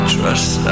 Trust